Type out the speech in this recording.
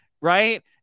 right